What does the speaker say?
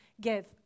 give